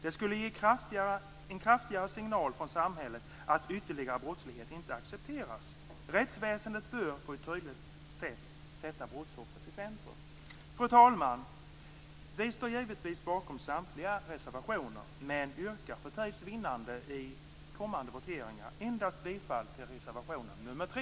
Det skulle ge en kraftigare signal från samhället att ytterligare brottslighet inte accepteras. Rättsväsendet bör tydligt sätta brottsoffret i centrum. Fru talman! Vi moderater står givetvis bakom samtliga våra reservationer men yrkar för tids vinnande i kommande voteringar bifall endast till reservation nr 3.